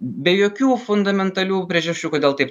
be jokių fundamentalių priežasčių kodėl taip